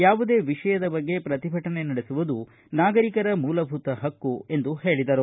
ಯಾವುದೇ ವಿಷಯದ ಬಗ್ಗೆ ಪ್ರತಿಭಟನೆ ನಡೆಸುವುದು ನಾಗರಿಕರ ಮೂಲಭೂತ ಹಕ್ಕು ಎಂದು ಹೇಳಿದರು